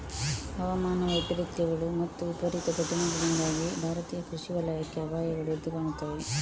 ಹವಾಮಾನ ವೈಪರೀತ್ಯಗಳು ಮತ್ತು ವಿಪರೀತ ಘಟನೆಗಳಿಂದಾಗಿ ಭಾರತೀಯ ಕೃಷಿ ವಲಯಕ್ಕೆ ಅಪಾಯಗಳು ಎದ್ದು ಕಾಣುತ್ತವೆ